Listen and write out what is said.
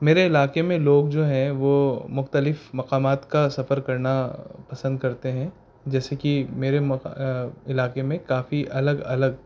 میرے علاقے میں لوگ جو ہیں وہ مختلف مقامات کا سفر کرنا پسند کرتے ہیں جیسے کہ میرے علاقے میں کافی الگ الگ